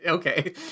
Okay